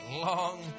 Long